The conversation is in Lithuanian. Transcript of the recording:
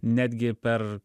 netgi per